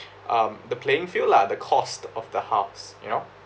um the playing field lah the cost of the house you know